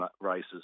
races